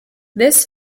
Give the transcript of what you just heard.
this